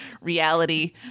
reality